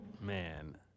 Man